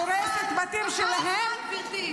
הורס את הבתים שלהם -- עבר הזמן, גברתי.